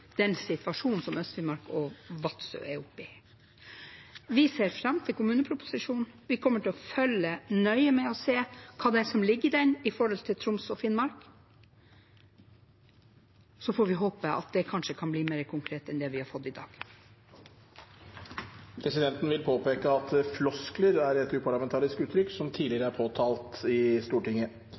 kommuneproposisjonen. Vi kommer til å følge nøye med og se hva som ligger der når det gjelder Troms og Finnmark. Så får vi håpe at det kanskje kan bli mer konkret enn det vi har fått i dag. Presidenten vil påpeke at «floskler» er et uparlamentarisk uttrykk som tidligere er påtalt i Stortinget,